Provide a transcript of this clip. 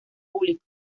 público